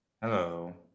Hello